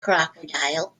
crocodile